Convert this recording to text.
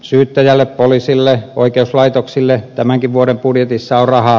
syyttäjälle poliisille oikeuslaitoksille on tämänkin vuoden budjetissa rahaa